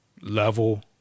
level